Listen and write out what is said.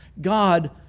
God